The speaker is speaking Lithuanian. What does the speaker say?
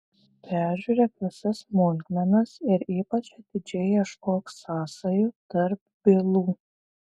peržiūrėk visas smulkmenas ir ypač atidžiai ieškok sąsajų tarp bylų